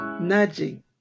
nudging